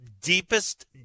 deepest